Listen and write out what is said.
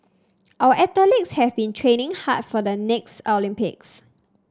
our athletes have been training hard for the next Olympics